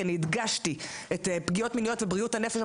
כי אני הדגשתי את הפגיעות המיניות ובריאות הנפש,